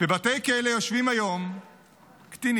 בבתי כלא יושבים היום קטינים,